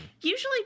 Usually